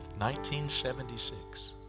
1976